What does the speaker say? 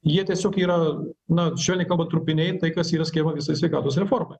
jie tiesiog yra na švelniai kalbant trupiniai tai kas yra skiriama visai sveikatos reformai